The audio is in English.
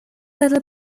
little